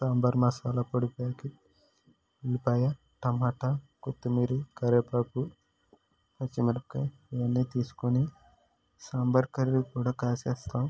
సాంబార్ మసాలా పొడి ప్యాకెట్ ఉల్లిపాయ టమాటా కొత్తిమీర కరివేపాకు పచ్చిమిరపకాయ ఇవన్నీ తీసుకొని సాంబార్ కర్రీ కూడా కాసేస్తాను